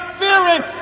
fearing